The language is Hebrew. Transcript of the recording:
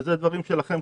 וזה באחריות שלכם,